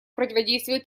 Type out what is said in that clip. противодействию